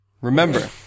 Remember